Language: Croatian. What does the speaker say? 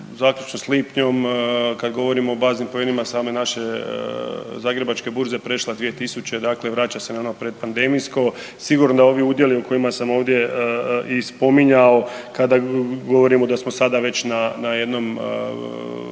zaključno s lipnjem kada govorimo o baznim poenima same naše Zagrebačke burze prešla 2000, dakle vraća se na ono pred pandemijsko. Sigurno da ovi udjeli o kojima sam ovdje i spominjao kada govorimo da smo sada već na jednom